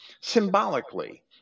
symbolically